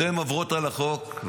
אתן עוברות על החוק,